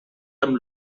amb